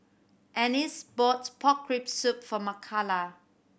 Ennis bought pork rib soup for Makala